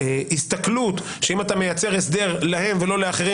ההסתכלות, כי אם אתה מייצר הסדר להם ולא ולאחרים.